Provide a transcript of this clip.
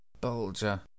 Bulger